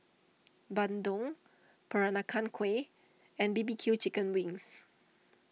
Bandung Peranakan Kueh and B B Q Chicken Wings